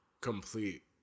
complete